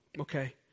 Okay